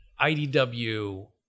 IDW